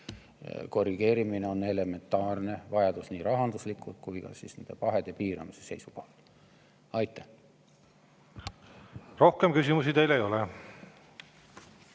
ja see on elementaarne vajadus nii rahanduslikult kui ka nende pahede piiramise seisukohast. Rohkem küsimusi teile ei ole.